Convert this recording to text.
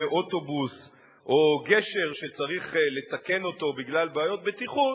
אוטובוס או גשר שצריך לתקן אותו בגלל בעיות בטיחות,